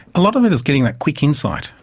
a lot of it is getting that quick insight.